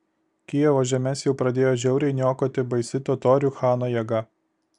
kijevo žemes jau pradėjo žiauriai niokoti baisi totorių chano jėga